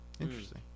Interesting